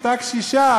אותה קשישה,